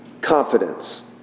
confidence